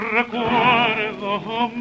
recuerdo